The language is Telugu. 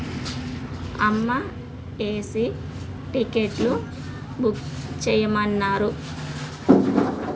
అమ్మ ఏ సీ టికెట్లు బుక్ చెయ్యమన్నారు